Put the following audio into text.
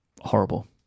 horrible